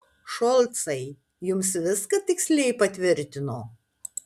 šolcai jums viską tiksliai patvirtino